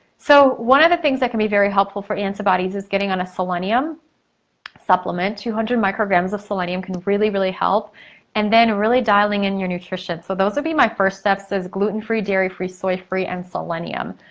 so one of the things that can be very helpful for antibodies is getting on a selenium supplement, two hundred micrograms of selenium can really, really help and then really dialing in your nutrition. so those would be my first steps is gluten-free, dairy-free, soy-free and selenium.